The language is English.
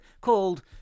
called